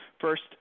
first